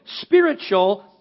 spiritual